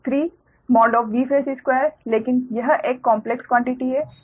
तो 3Vphase2 लेकिन यह एक कॉम्प्लेक्स क्वान्टिटी है